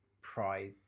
Pride